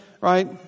right